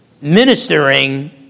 ministering